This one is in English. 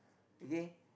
okay